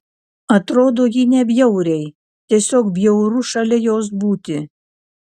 atrodo ji nebjauriai tiesiog bjauru šalia jos būti